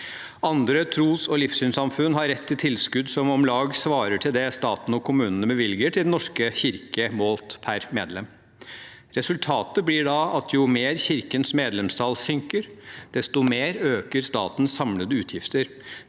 Andre tros- og livssynssamfunn har rett til tilskudd som om lag svarer til det staten og kommunene bevilger til Den norsk kirke, målt per medlem. Resultatet blir da at jo mer Kirkens medlemstall synker, desto mer øker statens samlede utgifter.